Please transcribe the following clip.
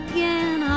Again